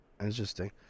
interesting